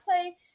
play